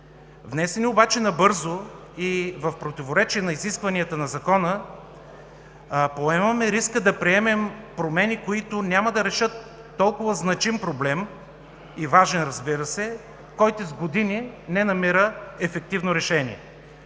Внесени обаче набързо и в противоречие на изискванията на закона, поемаме риска да приемем промени, които няма да решат толкова значим проблем, и важен, разбира се, който с години не намира ефективно решение.